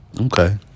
Okay